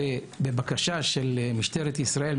בבקשה של משטרת ישראל,